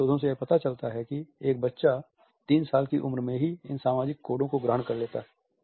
विभिन्न शोधों से यह पता चलता है कि एक बच्चा 3 साल की उम्र में ही इन सामाजिक कोडों को ग्रहण कर लेता है